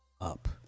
up